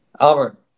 Albert